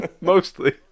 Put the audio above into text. mostly